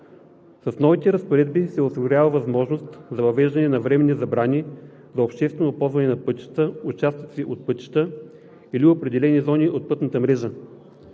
С новите разпоредби се осигурява възможност за въвеждане на временни забрани за обществено ползване на пътища, участъци от пътища или определени зони от пътната мрежа.